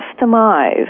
customize